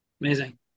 Amazing